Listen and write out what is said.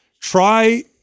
try